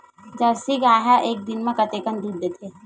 Jersey गाय ह एक दिन म कतेकन दूध देथे?